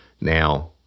Now